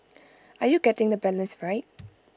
are you getting the balance right